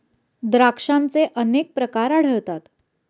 द्राक्षांचे अनेक प्रकार आढळतात